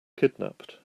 kidnapped